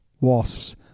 Wasps